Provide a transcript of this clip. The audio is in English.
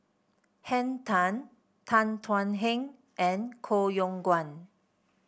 Henn Tan Tan Thuan Heng and Koh Yong Guan